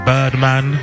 Birdman